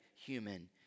human